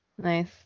nice